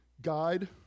guide